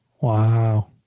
Wow